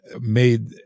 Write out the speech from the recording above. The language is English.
made